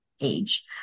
age